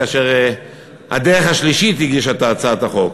כאשר הדרך השלישית הגישה את הצעת החוק,